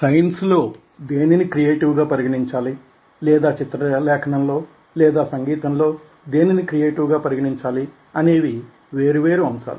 science లో దేనిని creative గా పరిగణించాలి లేదా చిత్రలేఖనంలో లేదా సంగీతంలో దీనిని క్రియేటివ్ గా పరిగణించాలి అనేవి వేర్వేరు అంశాలు